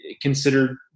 considered